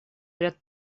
ряд